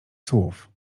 słów